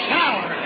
power